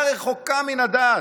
הייתה רחוקה מן הדעת.